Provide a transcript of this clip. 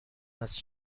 وصل